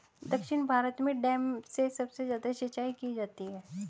दक्षिण भारत में डैम से सबसे ज्यादा सिंचाई की जाती है